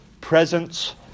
presence